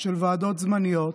של ועדות זמניות,